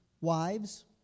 wives